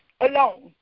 alone